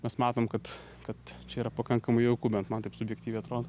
mes matom kad kad čia yra pakankamai jauku bent man taip subjektyviai atrodo